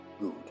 Good